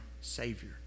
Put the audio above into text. Savior